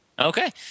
Okay